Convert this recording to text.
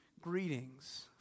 Greetings